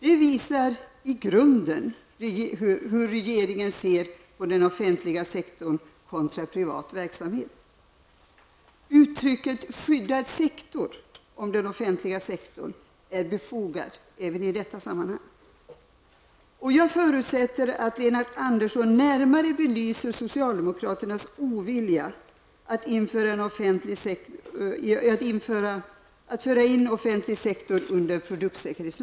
Det visar hur regeringen i grunden ser på den offentliga sektorn kontra privat verksamhet. Uttrycket skyddad sektor när det gäller den offentliga sektorn är befogat även i detta sammanhang. Jag förutsätter att Lennart Andersson närmare kommer att belysa socialdemokraternas ovilja att se till att produktsäkerhetslagen omfattar den offentliga sektorn.